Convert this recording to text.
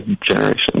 generation